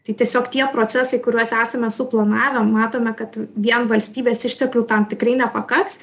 tai tiesiog tie procesai kuriuos esame suplanavę matome kad vien valstybės išteklių tam tikrai nepakaks